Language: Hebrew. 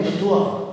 אני בטוח.